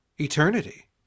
eternity